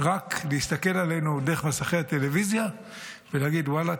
רק להסתכל עלינו דרך מסכי הטלוויזיה ולהגיד: ואללה,